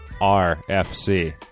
R-F-C